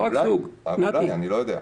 אני לא יודע.